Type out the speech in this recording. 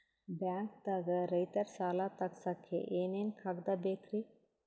ಬ್ಯಾಂಕ್ದಾಗ ರೈತರ ಸಾಲ ತಗ್ಸಕ್ಕೆ ಏನೇನ್ ಕಾಗ್ದ ಬೇಕ್ರಿ?